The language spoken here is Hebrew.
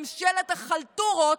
ממשלת החלטורות,